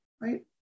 Right